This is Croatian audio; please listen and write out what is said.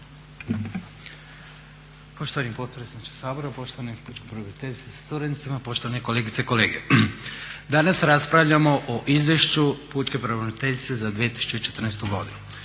Poštovani potpredsjedniče Sabora, poštovana pučka pravobraniteljice sa suradnicima, poštovane kolegice i kolege. Danas raspravljamo o Izvješću pučke pravobraniteljice za 2014. godinu.